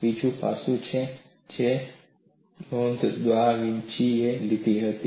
બીજું એક પાસું છે જેની નોંધ દા વિન્સીએ લીધી હતી